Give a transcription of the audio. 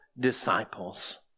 disciples